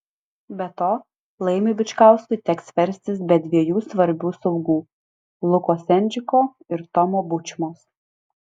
be to laimiui bičkauskui teks verstis be dviejų svarbių saugų luko sendžiko ir tomo bučmos